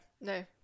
no